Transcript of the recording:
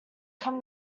come